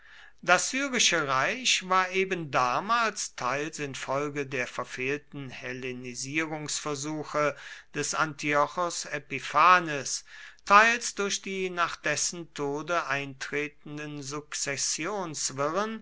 das syrische reich war eben damals teils infolge der verfehlten hellenisierungsversuche des antiochos epiphanes teils durch die nach dessen tode eintretenden